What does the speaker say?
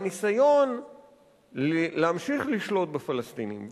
והניסיון להמשיך לשלוט בפלסטינים,